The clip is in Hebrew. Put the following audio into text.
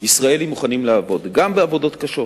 ישראלים מוכנים לעבוד, גם בעבודות קשות,